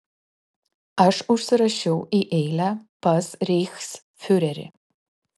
aš užsirašiau į eilę pas reichsfiurerį